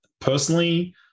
personally